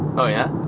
oh yeah?